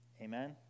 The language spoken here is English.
Amen